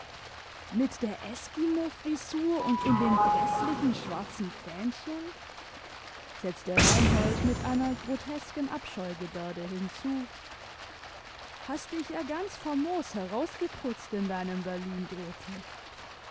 mit der eskimofrisur und in dem gräßlichen schwarzen fähnchen setzte reinhold mit einer grotesken abscheugebärde hinzu hast dich ja ganz famos herausgeputzt in deinem berlin grete